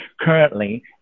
currently